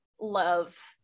love